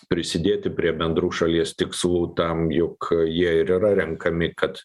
prisidėti prie bendrų šalies tikslų tam juk jie ir yra renkami kad